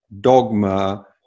dogma